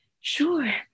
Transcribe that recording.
Sure